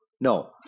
No